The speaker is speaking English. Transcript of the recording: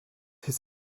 his